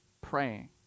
praying